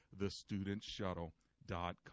thestudentshuttle.com